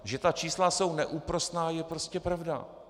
To, že ta čísla jsou neúprosná, je prostě pravda.